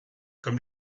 comme